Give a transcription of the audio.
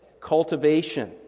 cultivation